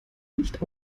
nicht